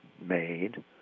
made